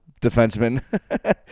defenseman